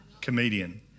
Comedian